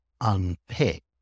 unpick